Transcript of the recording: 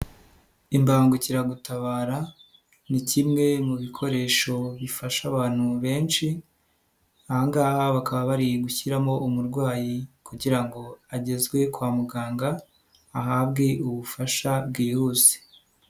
Imbangukiragutabara ni kimwe mu bikoresho bifasha abantu benshi, ahangaha bakaba bari gushyiramo umurwayi kugira ngo agezwe kwa muganga ahabwe ubufasha bwihuse.